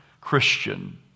Christian